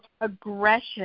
aggression